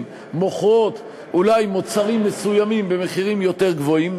מוכרות אולי מוצרים מסוימים במחירים יותר גבוהים,